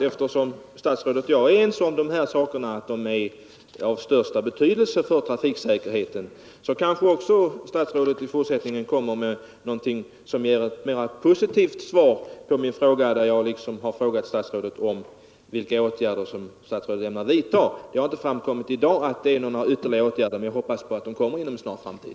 Eftersom statsrådet och jag är ense om att de här sakerna är av största betydelse för trafiksäkerheten, kanske statsrådet i fortsättningen kommer med någonting som innebär ett mera positivt svar på min fråga om vilka åtgärder han ämnar vidta. Det har inte framgått i dag att några ytterligare åtgärder skall komma men jag hoppas att de gör det inom en snar framtid.